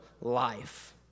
life